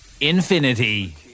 Infinity